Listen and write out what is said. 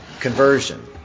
conversion